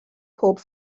pob